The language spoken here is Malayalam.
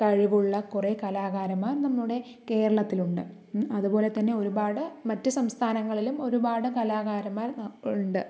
കഴിവുള്ള കുറേ കലാകാരന്മാർ നമ്മുടെ കേരളത്തിലുണ്ട് അതുപോലെ തന്നെ ഒരുപാട് മറ്റു സംസ്ഥാങ്ങളിലും ഒരുപാട് കലാകാരന്മാർ ഉണ്ട്